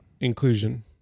inclusion